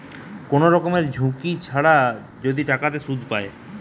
কোন রকমের ঝুঁকি ছাড়া যদি টাকাতে সুধ পায়